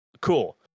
cool